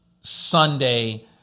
Sunday